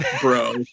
bro